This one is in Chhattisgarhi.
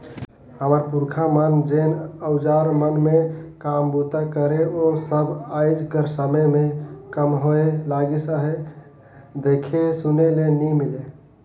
हमर पुरखा मन जेन अउजार मन मे काम बूता करे ओ सब आएज कर समे मे कम होए लगिस अहे, देखे सुने ले नी मिले